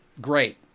great